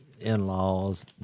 in-laws